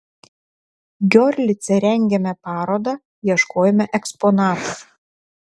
giorlice rengėme parodą ieškojome eksponatų